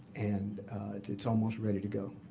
and it's almost ready to go.